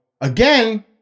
Again